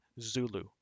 Zulu